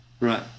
right